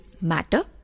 matter